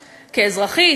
כאזרחית,